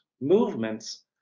movements